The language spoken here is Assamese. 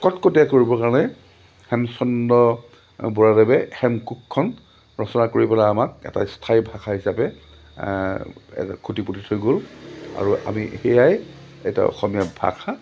কটকটীয়া কৰিবৰ কাৰণে হেমচন্দ্ৰ বৰুৱাদেৱে হেমকোষখন ৰচনা কৰি পেলাই আমাক এটা স্থায়ী ভাষা হিচাপে খুটি পতি থৈ গ'ল আৰু আমি সেয়াই এতিয়াৰ অসমীয়া ভাষা